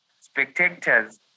spectators